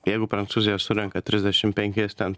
jeigu prancūzija surenka trisdešim penkis ten